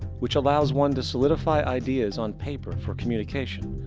which allows one to solidify ideas on paper for communication.